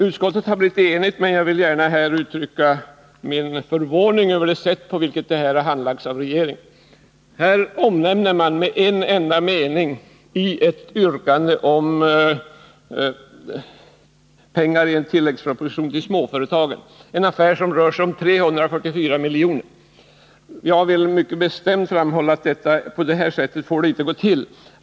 Utskottet har blivit enigt, men jag vill gärna här uttrycka min förvåning över det sätt på vilket detta ärende har handlagts av regeringen. I en enda mening som behandlar ett yrkande om tilläggsanslag till småföretagen göms en affär som rör sig om 344 milj.kr. Jag vill mycket bestämt framhålla att på det sättet får det inte gå till.